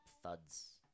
Thuds